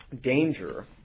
danger